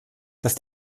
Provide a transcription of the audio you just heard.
dass